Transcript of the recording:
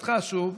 לשאלתך, אגיד שוב: